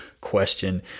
question